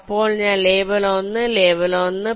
അപ്പോൾ ഞാൻ label 1 label 1